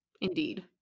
Indeed